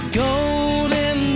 golden